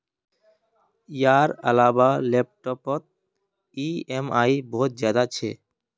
यार इलाबा लैपटॉप पोत ई ऍम आई बहुत ज्यादा छे